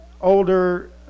older